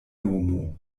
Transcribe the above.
nomo